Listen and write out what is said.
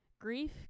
Grief